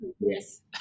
yes